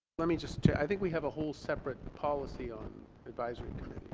let me just check i think we have a whole separate policy on advisory